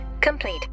complete